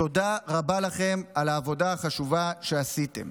תודה רבה לכם על העבודה החשובה שעשיתם.